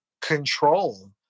control